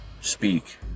speak